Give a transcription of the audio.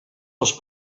els